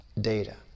data